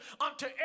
unto